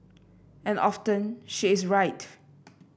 and often she is right